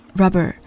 rubber，